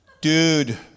Dude